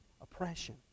oppression